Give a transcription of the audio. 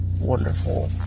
wonderful